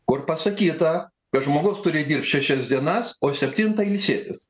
kur pasakyta kad žmogus turi dirbt šešias dienas o septintą ilsėtis